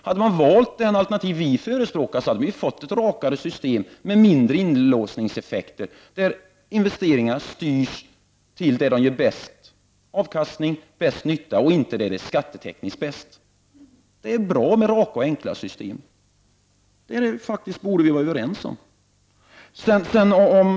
Hade man valt det alternativ som vi förespråkar, skulle man ha fått ett rakare system med mindre inlåsningseffekter, ett system där investeringarna styrs dit där de ger den bästa avkastningen och gör den största nyttan och inte dit där de ger de bästa skattetekniska effekterna. Det är bra med raka och enkla system, och det borde vi kunna vara överens om.